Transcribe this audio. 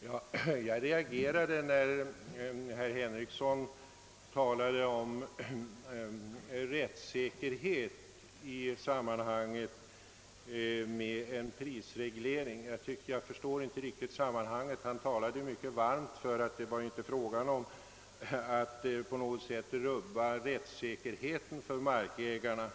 Herr talman! Jag reagerade när herr Henrikson talade om rättssäkerhet i samband med en prisreglering, ty jag förstår inte riktigt sammanhanget. Han talade mycket varmt om att det inte var fråga om att på något sätt rubba rättssäkerheten för markägarna,